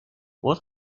what